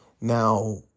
Now